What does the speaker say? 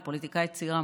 אני פוליטיקאית צעירה,